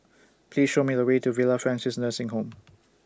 Please Show Me The Way to Villa Francis Nursing Home